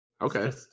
Okay